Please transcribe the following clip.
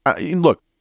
look